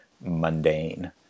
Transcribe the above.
mundane